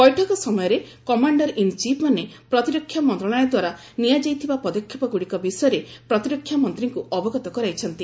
ବୈଠକ ସମୟରେ commander in ଚିଫ୍ମାନେ ପ୍ରତିରକ୍ଷା ମନ୍ତ୍ରଣାଳୟ ଦ୍ୱାରା ନିଆଯାଇଥିବା ପଦକ୍ଷେପଗ୍ରଡ଼ିକ ବିଷୟରେ ପ୍ରତିରକ୍ଷା ମନ୍ତ୍ରୀଙ୍କ ଅବଗତ କରାଇଛନ୍ତି